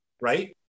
right